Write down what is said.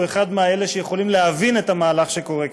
הוא אחד מאלה שיכולים להבין את המהלך שקורה כאן.